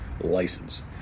license